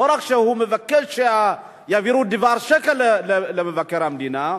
לא רק שהוא מבקש שיעבירו דבר שקר למבקר המדינה,